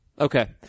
Okay